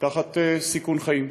תחת סיכון חיים.